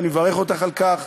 ואני מברך אותך על כך,